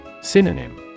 Synonym